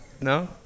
No